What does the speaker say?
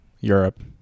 Europe